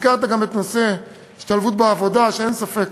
הזכרת גם את נושא ההשתלבות בעבודה, ואין ספק